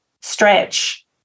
stretch